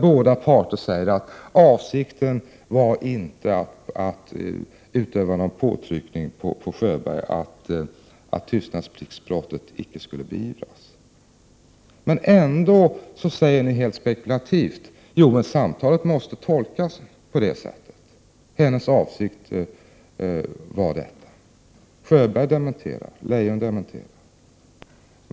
Båda parter säger ju att avsikten inte var att utöva någon påtryckning på Sjöberg när det gällde att tystnadspliktsbrott icke skulle beivras. Ändå säger ni mycket spekulativt: Jo, men samtalet måste tolkas på det sättet. Det var Anna-Greta Leijons avsikt. Sjöberg dementerar. Leijon dementerar.